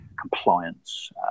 compliance